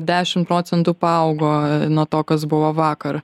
dešim procentų paaugo nuo to kas buvo vakar